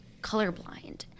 colorblind